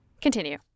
Continue